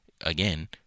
again